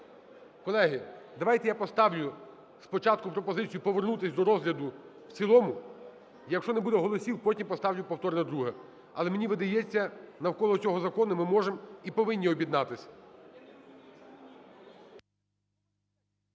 Колеги, давайте я поставлю спочатку пропозицію повернутися до розгляду в цілому, якщо не буде голосів, потім поставлю повторне друге. Але мені видається, навколо цього закону ми можемо і повинні об'єднатися.